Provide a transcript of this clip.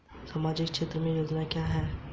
सामाजिक क्षेत्र की योजनाएं क्या हैं?